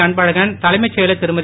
அன்பழகன் தலைமைச் செயலர் திருமதி